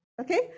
Okay